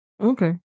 Okay